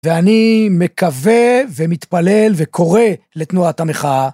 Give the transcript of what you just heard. ואני מקווה ומתפלל וקורא לתנועת המחאה.